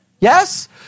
Yes